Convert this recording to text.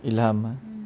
இல்லமா:illama